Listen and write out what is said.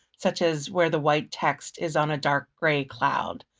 such as where the white text is on a dark gray cloud.